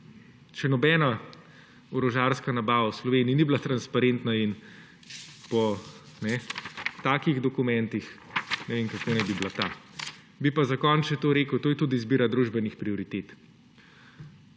Še nobena orožarska nabava v Sloveniji ni bila transparentna in po takih dokumentih ne vem, kako naj bi bila ta. Bi pa za konec še to rekel, da je to tudi izbira družbenih prioritet.